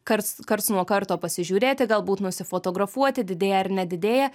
karts nuo karto pasižiūrėti galbūt nusifotografuoti didėja ar nedidėja